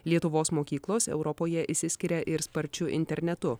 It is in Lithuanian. lietuvos mokyklos europoje išsiskiria ir sparčiu internetu